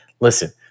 Listen